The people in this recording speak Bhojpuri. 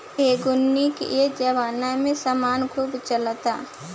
ऑर्गेनिक ए जबाना में समान खूब चलता